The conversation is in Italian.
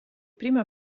prima